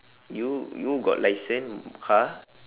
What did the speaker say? you you got license car